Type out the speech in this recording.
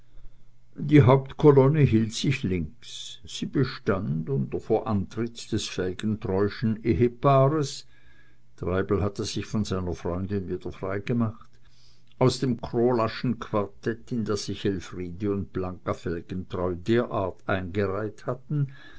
die hauptkolonne hielt sich links sie bestand unter vorantritt des felgentreuschen ehepaares treibel hatte sich von seiner freundin wieder frei gemacht aus dem krolaschen quartett in das sich elfriede und blanca felgentreu derart eingereiht hatten